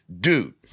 dude